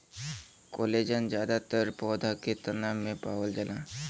collagen जादातर पौधा के तना में पावल जाला